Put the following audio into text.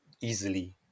easily